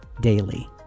daily